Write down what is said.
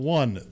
one